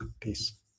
Peace